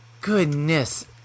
goodness